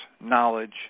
knowledge